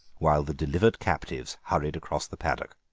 while the delivered captives hurried across the paddock.